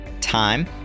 time